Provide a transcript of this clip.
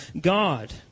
God